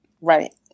Right